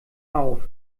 auf